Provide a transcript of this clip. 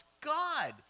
God